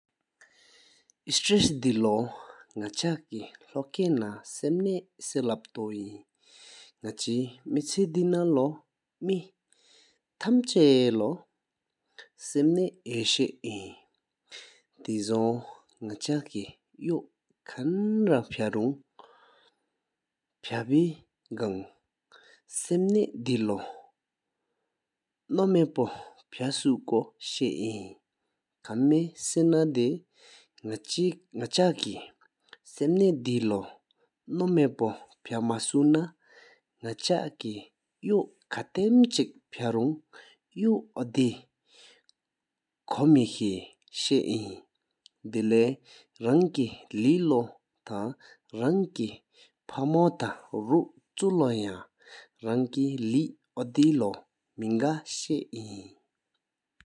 སྒྲེས་དེ་ལོ་ནག་ཆ་སྐད་ལྷོ་སྐྱེས་ནང་བསམ་སེམས་ནས་སྐལ་བཟང་རྩོལ་བཏོན་ཡིན། ན་ཆ་མེད་ཆེ་དེ་ན་ལོ་མེ་ཐམས་ཅད་ལོ་བསམ་ནས་ཧ་ཞིག་ཡིན། དུས་འཛོམས་ནག་ཆ་སྐད་ལྡོང་ལྔ་དོན་ཐུན་སྐོར་ཚིག་དེ་ལོ་མི་ཡོངས་སུ་ཆང་དུ་བཞིན་ཡིན། ཁ་མེད་སྲས་ན་དེ་ནག་ཆ་སྐད་ལ་བསམ་ནས་དེ་ལོ་མི་ཡོངས་སུ་ཆང་དུ་སྐོར་འཁྲིལ་གཅིག་དེ་འོད་ཁོ་མེ་ཞུས་འདོང་ལུང་ཡོངས་རང་བྱོལ་ཡིན། དྭངས་ལྡན་རང་གི་ལས་ལྷན་རང་གི་འཕགས་མོ་ལམ་མཁས་ཀུན་རང་གི་སློབ་རིག་པ་མིན་དུ་རྨིན་སད།